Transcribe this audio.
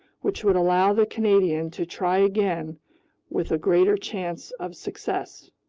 which would allow the canadian to try again with a greater chance of success.